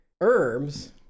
herbs